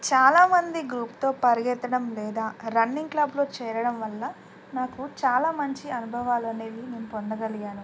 చాలామంది గ్రూప్తో పరిగెత్తడం లేదా రన్నింగ్ క్లబ్లో చేరడం వల్ల నాకు చాలా మంచి అనుభవాలు అనేవి నేను పొందగలిగాను